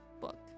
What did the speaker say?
book